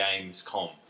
Gamescom